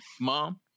Mom